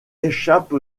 échappe